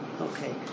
okay